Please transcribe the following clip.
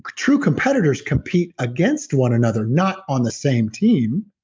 true competitors compete against one another not on the same team.